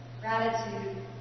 Gratitude